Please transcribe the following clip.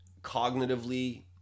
cognitively